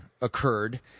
occurred